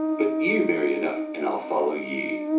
but ye're merry enough, and i'll follow ye.